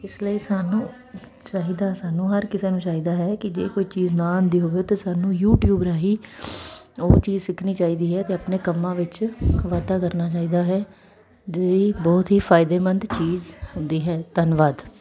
ਇਸ ਲਈ ਸਾਨੂੰ ਚਾਹੀਦਾ ਸਾਨੂੰ ਹਰ ਕਿਸੇ ਨੂੰ ਚਾਹੀਦਾ ਹੈ ਕਿ ਜੇ ਕੋਈ ਚੀਜ਼ ਨਾ ਆਉਂਦੀ ਹੋਵੇ ਤਾਂ ਸਾਨੂੰ ਯੂਟੀਊਬ ਰਾਹੀਂ ਉਹ ਚੀਜ਼ ਸਿੱਖਣੀ ਚਾਹੀਦੀ ਹੈ ਅਤੇ ਆਪਣੇ ਕੰਮਾਂ ਵਿੱਚ ਵਾਧਾ ਕਰਨਾ ਚਾਹੀਦਾ ਹੈ ਜਿਹੜੀ ਬਹੁਤ ਹੀ ਫਾਇਦੇਮੰਦ ਚੀਜ਼ ਹੁੰਦੀ ਹੈ ਧੰਨਵਾਦ